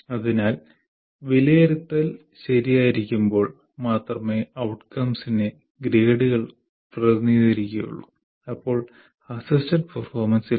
അതിനാൽ വിലയിരുത്തൽ ശരിയായിരിക്കുമ്പോൾ മാത്രമേ outcomesനെ ഗ്രേഡുകൾ പ്രതിനിധീകരിക്കുകയുള്ളൂ അപ്പോൾ അസ്സിസ്റ്റഡ് പെർഫോമൻസ് ഇല്ല